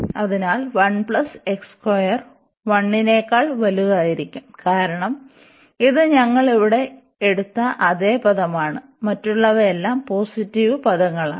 അതിനാൽ 1 നെക്കാൾ വലുതായിരിക്കും കാരണം ഇത് ഞങ്ങൾ ഇവിടെ എടുത്ത അതേ പദമാണ് മറ്റുള്ളവയെല്ലാം പോസിറ്റീവ് പദങ്ങളാണ്